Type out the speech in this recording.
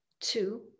Two